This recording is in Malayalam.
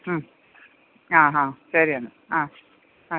ഉം ആ ഹാ ശരി എന്നാൽ ആ ആ